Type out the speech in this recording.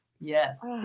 Yes